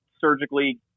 surgically